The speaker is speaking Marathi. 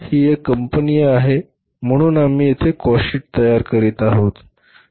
ही एक कंपनी आहे म्हणून आम्ही येथे कॉस्टशीट तयार करीत आहोत